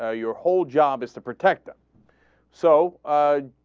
ah your whole job is to protect them so ah.